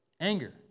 Anger